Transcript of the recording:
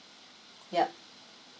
yup